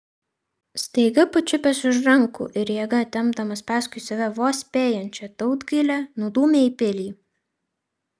staiga pačiupęs už rankų ir jėga tempdamas paskui save vos spėjančią tautgailę nudūmė į pilį